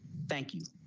thank you.